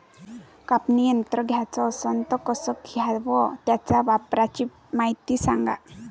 कापनी यंत्र घ्याचं असन त कस घ्याव? त्याच्या वापराची मायती सांगा